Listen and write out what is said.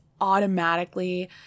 automatically